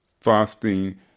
fasting